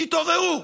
תתעוררו.